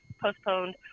postponed